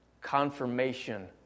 Confirmation